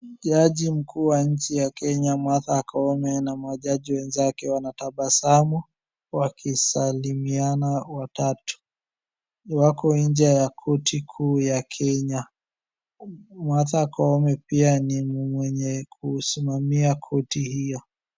Jaji mkuu wa nchi ya Kenya, Martha Koome na majaji wenzake wanatabasamu wakisalimiana watatu. Wako nje ya korti kuu ya Kenya. Martha Koome pia ni mwenye kusimamia korti hio.